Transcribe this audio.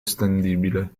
estendibile